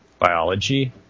biology